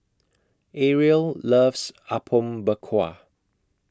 Ariel loves Apom Berkuah